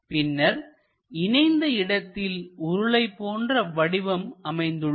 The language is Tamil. பின்னர் இணைந்த இடத்தில் உருளை போன்ற வடிவம் அமைந்துள்ளது